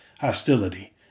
hostility